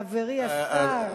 חברי השר,